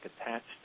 attached